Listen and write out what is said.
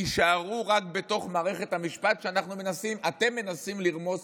יישארו רק בתוך מערכת המשפט שאתם מנסים לרמוס,